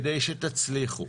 כדי שתצליחו,